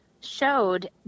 showed